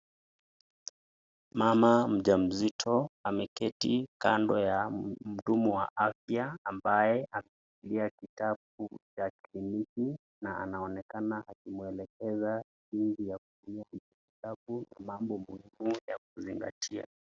Mamam mjamzito ameketi kando ya mhuduma wa afya ambaye ameshikilia kitabu cha kliniki, na anaonekana akimwelekeza jinsi ya kutumia kitabu, mambo muhimu ya kuzingatia.